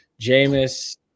Jameis